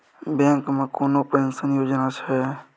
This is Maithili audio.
बैंक मे कोनो पेंशन योजना छै?